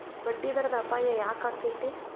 ಬಡ್ಡಿದರದ್ ಅಪಾಯ ಯಾಕಾಕ್ಕೇತಿ?